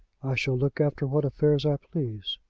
i shall look after what affairs i please.